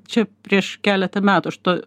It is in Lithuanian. čia prieš keletą metų aš to